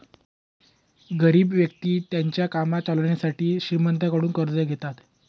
गरीब व्यक्ति त्यांचं काम चालवण्यासाठी श्रीमंतांकडून कर्ज घेतात